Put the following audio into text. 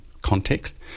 context